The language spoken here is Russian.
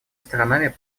сторонами